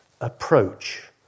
approach